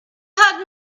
had